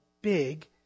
big